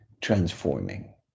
transforming